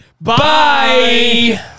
Bye